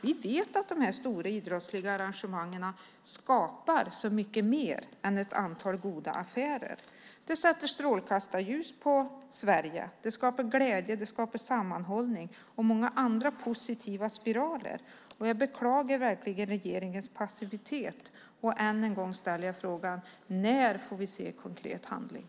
Vi vet att de stora idrottsliga arrangemangen skapar så mycket mer än ett antal goda affärer. Det sätter strålkastarljus på Sverige, det skapar glädje, det skapar sammanhållning och många andra positiva spiraler. Jag beklagar verkligen regeringens passivitet och ställer än en gång frågan: När får vi se konkret handling?